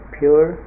pure